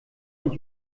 und